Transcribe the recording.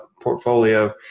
portfolio